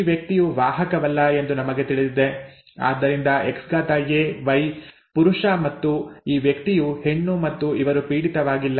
ಈ ವ್ಯಕ್ತಿಯು ವಾಹಕವಲ್ಲ ಎಂದು ನಮಗೆ ತಿಳಿದಿದೆ ಆದ್ದರಿಂದ XAY ಪುರುಷ ಮತ್ತು ಈ ವ್ಯಕ್ತಿಯು ಹೆಣ್ಣು ಮತ್ತು ಇವರು ಪೀಡಿತವಾಗಿಲ್ಲ